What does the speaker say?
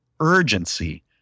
urgency